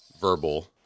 verbal